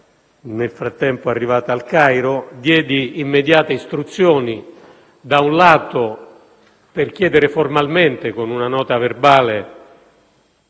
nel frattempo era arrivata al Cairo, diedi immediate istruzioni per chiedere formalmente, con una nota verbale,